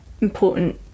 important